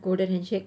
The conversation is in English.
golden handshake